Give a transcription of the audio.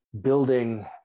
building